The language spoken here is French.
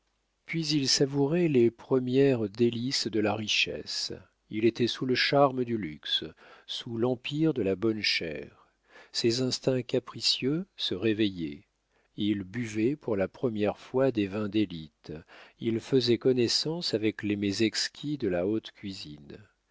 puis il savourait les premières délices de la richesse il était sous le charme du luxe sous l'empire de la bonne chère ses instincts capricieux se réveillaient il buvait pour la première fois des vins d'élite il faisait connaissance avec les mets exquis de la haute cuisine